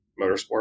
motorsport